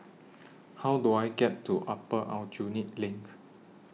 How Do I get to Upper Aljunied LINK